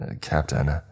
Captain